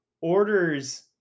orders